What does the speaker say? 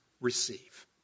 receive